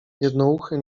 jednouchy